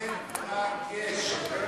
מ-ר-ג-ש.